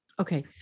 Okay